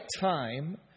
time